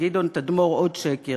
גדעון תדמור עוד שקר,